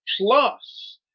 plus